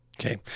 Okay